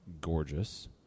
gorgeous